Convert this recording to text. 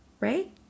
Right